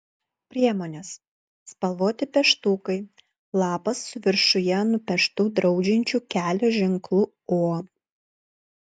priemonės spalvoti pieštukai lapas su viršuje nupieštu draudžiančiu kelio ženklu o